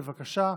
בבקשה.